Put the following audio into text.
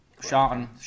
Sean